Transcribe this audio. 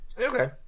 Okay